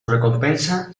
recompensa